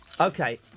Okay